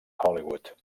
hollywood